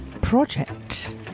project